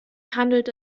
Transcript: handelt